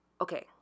okay